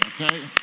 okay